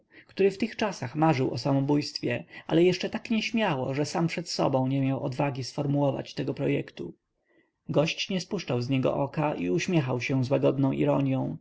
który w tych czasach marzył o samobójstwie ale jeszcze tak nieśmiało że sam przed sobą nie miał odwagi sformułować tego projektu gość nie spuszczał z niego oka i uśmiechał się z łagodną ironją